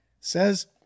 Says